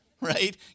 right